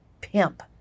pimp